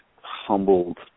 humbled